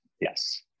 Yes